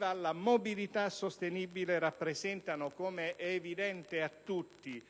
alla mobilità sostenibile, rappresentano, come è evidente a tutti,